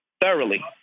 thoroughly